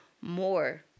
more